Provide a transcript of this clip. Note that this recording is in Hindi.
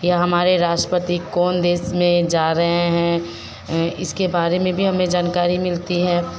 कि हमारे राष्ट्रपति कौन देश में जा रहे हैं इसके बारे में भी हमें जानकारी मिलती है